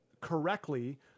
correctly